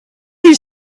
you